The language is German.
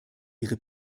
ihre